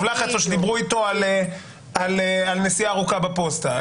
לחץ או שדיברו איתו על נסיעה ארוכה בפוסטה.